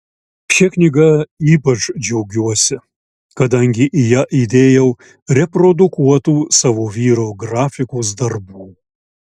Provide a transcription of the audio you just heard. šia knyga ypač džiaugiuosi kadangi į ją įdėjau reprodukuotų savo vyro grafikos darbų